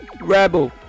REBEL